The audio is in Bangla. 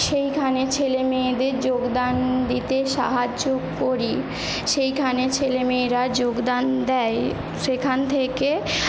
সেইখানে ছেলেমেয়েদের যোগদান দিতে সাহায্য করি সেইখানে ছেলেমেয়েরা যোগদান দেয় সেখান থেকে